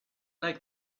like